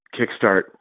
kickstart